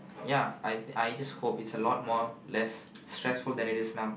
ya I I just hope it's a lot more less stressful than it is now